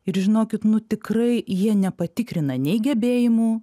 ir žinokit nu tikrai jie nepatikrina nei gebėjimų